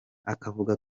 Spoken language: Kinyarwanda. akavuga